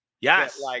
Yes